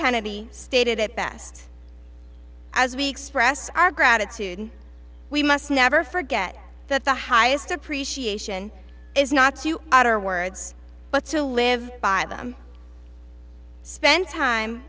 kennedy stated it best as we express our gratitude we must never forget that the highest appreciation is not to utter words but to live by them spend time